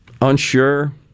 unsure